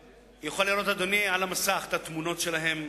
יוכל לראות על המסך את התמונות שלהם,